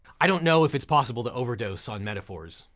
i don't know if it's possible to overdose on metaphors,